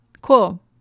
cool